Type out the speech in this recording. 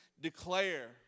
declare